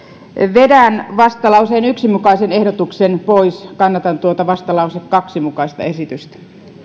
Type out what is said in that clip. vedän vastalauseen yhden mukaisen ehdotuksen pois kannatan tuota vastalauseen kaksi mukaista esitystä